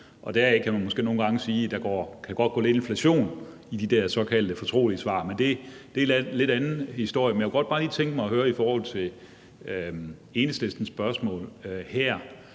gange sige, at der godt kan gå lidt inflation i de der såkaldte fortrolige svar, men det er en lidt anden historie. Jeg kunne bare godt lige tænke mig at høre i forhold til Enhedslistens spørgsmål her